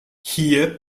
hier